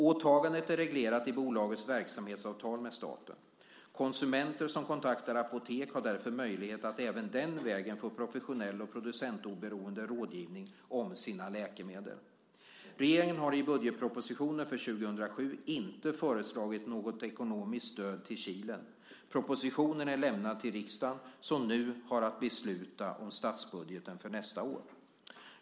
Åtagandet är reglerat i bolagets verksamhetsavtal med staten. Konsumenter som kontaktar apotek har därför möjlighet att även den vägen få professionell och producentoberoende rådgivning om sina läkemedel. Regeringen har i budgetpropositionen för 2007 inte föreslagit något ekonomiskt stöd till Kilen. Propositionen är lämnad till riksdagen, som nu har att besluta om statsbudgeten för nästa år.